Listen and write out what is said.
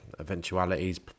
eventualities